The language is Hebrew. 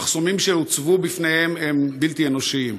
המחסומים שהוצבו בפניהם הם בלתי אנושיים.